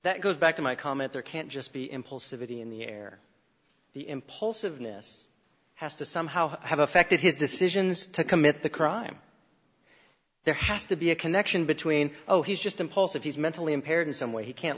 that goes back to my comment there can't just be impulsivity in the air the impulsiveness has to somehow have affected his decisions to commit the crime there has to be a connection between oh he's just impulsive he's mentally impaired in some way he can't